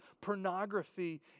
Pornography